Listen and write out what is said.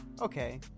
okay